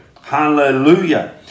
hallelujah